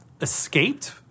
escaped